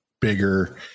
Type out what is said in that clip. bigger